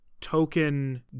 token